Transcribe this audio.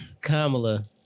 Kamala